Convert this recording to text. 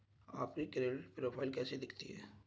आपकी credit profile कैसी दिखती है?